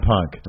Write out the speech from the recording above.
Punk